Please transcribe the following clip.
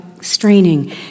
straining